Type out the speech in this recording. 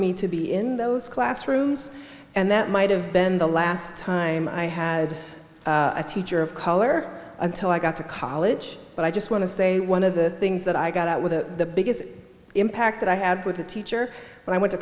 me to be in those classrooms and that might have been the last time i had a teacher of color until i got to college but i just want to say one of the things that i got out with the biggest impact that i had with a teacher when i went to